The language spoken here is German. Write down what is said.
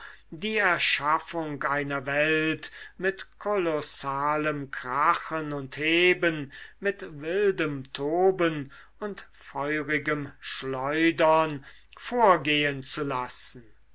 die erschaffung einer welt mit kolossalem krachen und heben mit wildem toben und feurigem schleudern vorgehen zu lassen